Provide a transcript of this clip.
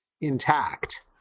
intact